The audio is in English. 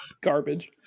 Garbage